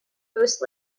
boost